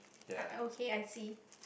okay I see